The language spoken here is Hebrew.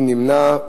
מי נמנע?